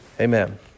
amen